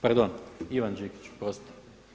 Pardon Ivan Đikić oprostite.